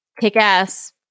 kick-ass